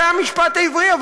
אבל זה המשפט העברי.